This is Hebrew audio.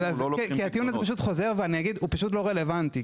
הטיעון הזה חוזר, והוא פשוט לא רלוונטי.